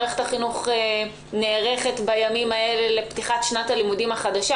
מערכת החינוך נערכת בימים אלה לפתיחת שנת הלימודים החדשה,